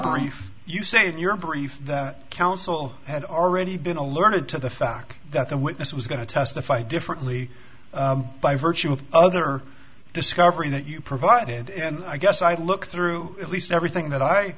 brief you save your brief that counsel had already been alerted to the fact that the witness was going to testify differently by virtue of other discovery that you provided and i guess i look through at least everything that i